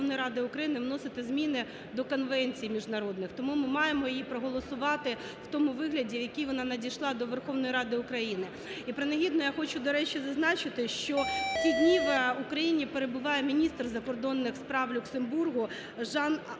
Верховної Ради України вносити зміни до конвенцій міжнародних, тому ми маємо її проголосувати в тому вигляді, в якій вона надійшла до Верховної Ради України. І принагідно я хочу, до речі, зазначити, що в ці дні в Україні перебуває міністр закордонних справ Люксембургу Жан